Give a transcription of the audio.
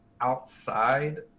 outside